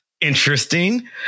interesting